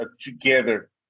together